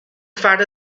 فرد